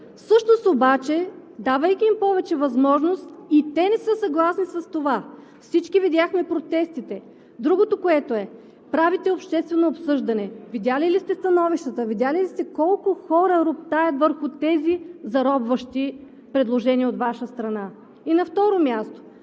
Всъщност обаче, давайки им повече възможност, и те не са съгласни с това – всички видяхме протестите! Другото е – правите обществено обсъждане, видели ли сте становищата, видели ли сте колко хора роптаят върху тези заробващи предложения от Ваша страна? На второ място,